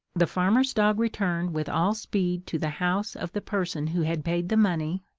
the farmer's dog returned with all speed to the house of the person who had paid the money,